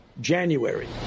January